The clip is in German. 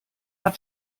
hat